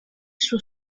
suo